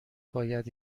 باید